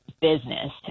business